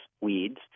weeds